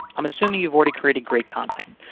i'm assuming you've already created great content.